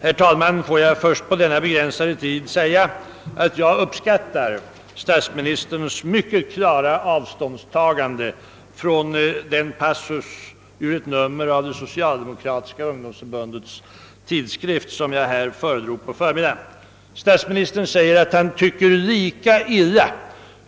Herr talman! Får jag först på denna begränsade tid säga, att jag uppskattar statsministerns mycket klara avståndstagande från den passus i ett nummer av socialdemokratiska ungdomsförbundets tidskrift som jag föredrog på förmiddagen. Statsministern säger att han tycker lika illa